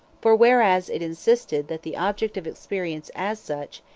for whereas it insisted that the objects of experience as such,